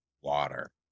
water